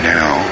Now